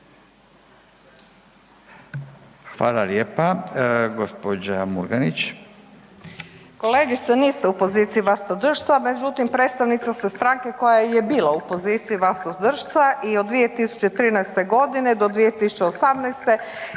**Murganić, Nada (HDZ)** Kolegice niste u poziciji vlastodršca međutim predstavnica ste stranke koja je bila u poziciji vlastodršca i od 2013. godine do 2018. imala